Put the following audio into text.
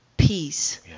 peace